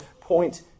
point